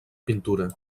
pintura